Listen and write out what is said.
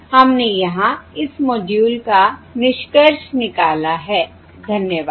हमने यहां इस मॉड्यूल का निष्कर्ष निकाला है धन्यवाद